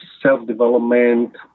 self-development